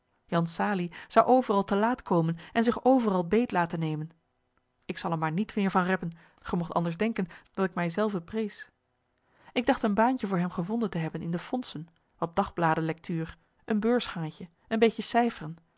jan salie zou overal te laat komen en zich overal beet laten nemen ik zal er maar niet meer van reppen ge mogt anders denken dat ik mij zelven prees ik dacht een baantje voor hem gevonden te hebben in de fondsen wat dagbladen lectuur een beursgangetje een beetje cijferen